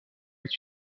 est